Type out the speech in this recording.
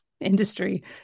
industry